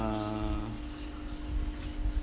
uh